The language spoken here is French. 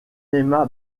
aima